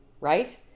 right